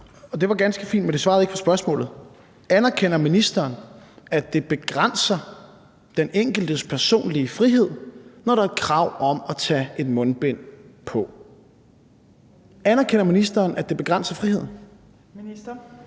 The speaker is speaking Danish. Det var ganske fint, men det svarede ikke på spørgsmålet. Anerkender ministeren, at det begrænser den enkeltes personlige frihed, når der er et krav om at tage et mundbind på? Anerkender ministeren, at det begrænser friheden?